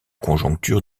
conjoncture